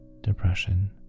depression